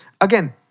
Again